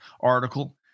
article